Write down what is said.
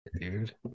dude